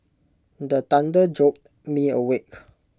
the thunder jolt me awake